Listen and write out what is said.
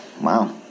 wow